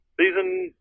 Season